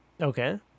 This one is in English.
Okay